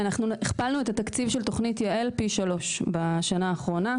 הכפלנו את התקציב של תוכנית יעל פי 3 בשנה האחרונה,